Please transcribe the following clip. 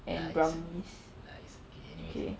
lies lies okay anyways